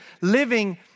living